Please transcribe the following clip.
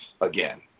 again